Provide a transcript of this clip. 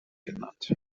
genannt